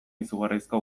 izugarrizko